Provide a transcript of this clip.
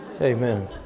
Amen